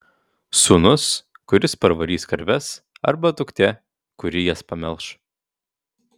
sūnus kuris parvarys karves arba duktė kuri jas pamelš